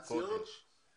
כשאתה מדבר על אסירי ציון,